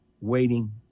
waiting